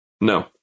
No